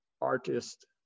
artist